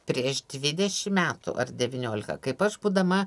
prieš dvidešim metų ar devyniolika kaip aš būdama